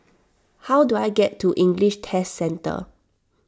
how do I get to English Test Centre